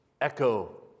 echo